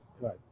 right